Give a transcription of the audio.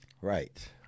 Right